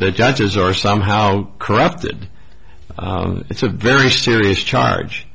the judges are somehow corrupted it's a very serious charge